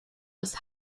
ist